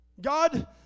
God